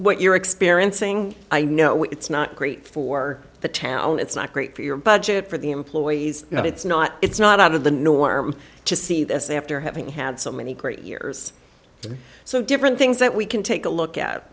what you're experiencing i know it's not great for the town it's not great for your budget for the employees you know it's not it's not out of the norm to see this after having had so many great years so different things that we can take a look at